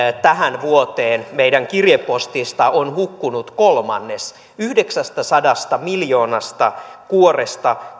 tähän vuoteen meidän kirjepostistamme on hukkunut kolmannes yhdeksästäsadasta miljoonasta kuoresta